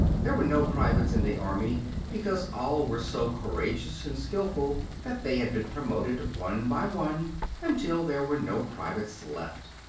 there were no privates in the army because all were so courageous and skillful that they had been promoted one by one until there were no privates left.